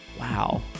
Wow